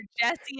Jesse